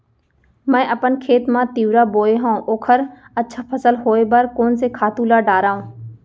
मैं अपन खेत मा तिंवरा बोये हव ओखर अच्छा फसल होये बर कोन से खातू ला डारव?